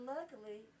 Luckily